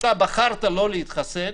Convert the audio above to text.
אתה בחרת לא להתחסן?